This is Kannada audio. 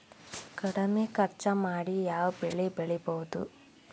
ಕಡಮಿ ಖರ್ಚ ಮಾಡಿ ಯಾವ್ ಬೆಳಿ ಬೆಳಿಬೋದ್?